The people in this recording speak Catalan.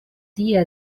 dia